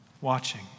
watching